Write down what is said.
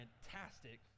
fantastic